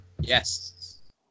Yes